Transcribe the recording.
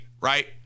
right